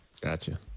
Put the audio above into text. Gotcha